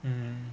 mmhmm